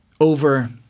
over